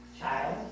child